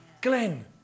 Glenn